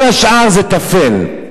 כל השאר זה טפל.